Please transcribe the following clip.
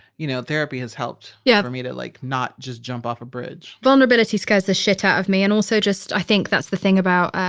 you know, therapy has helped yeah for me to like not just jump off a bridge vulnerability scares the shit out of me. and also just i think that's the thing about